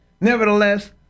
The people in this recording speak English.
Nevertheless